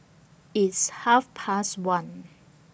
its Half Past one